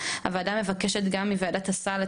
9. הוועדה מבקשת מוועדת הסל,